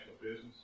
business